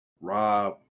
Rob